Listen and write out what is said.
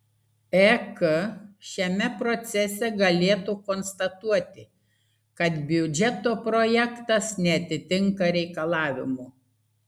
ek šiame procese galėtų konstatuoti kad biudžeto projektas neatitinka reikalavimų